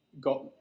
got